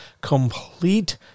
complete